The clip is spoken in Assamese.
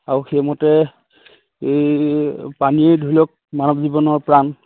আৰু সেইমতে এই পানী ধৰি লওক মানৱ জীৱনৰ প্ৰাণ